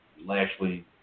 Lashley